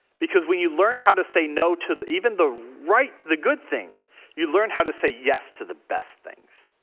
because when you learn how to say no to even the right the good things you learn how to say yes to the best things.